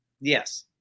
Yes